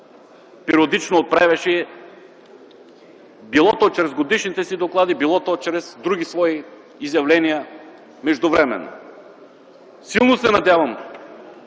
периодично отправяше било чрез годишните си доклади, било чрез други свои изявления междувременно. Силно се надявам,